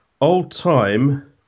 old-time